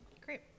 Great